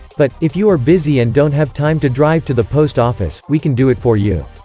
but, if you are busy and don't have time to drive to the post office, we can do it for you.